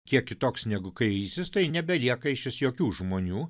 kiek kitoks negu kairysis tai nebelieka išvis jokių žmonių